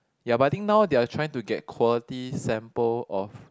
ya but I think now they're trying to get quality sample of